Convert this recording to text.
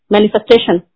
Manifestation